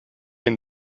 and